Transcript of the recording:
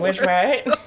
right